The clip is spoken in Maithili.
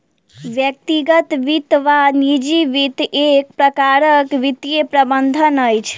व्यक्तिगत वित्त वा निजी वित्त एक प्रकारक वित्तीय प्रबंधन अछि